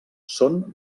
són